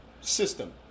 system